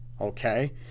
okay